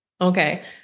Okay